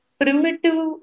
primitive